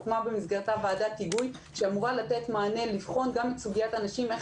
ובמסגרתה הוקמה ועדת היגוי שאמורה לבחון גם את סוגית הנשים ואיך